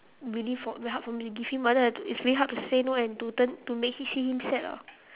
really for very hard for me to give him but then it's very hard to say no and to turn to make him see him sad ah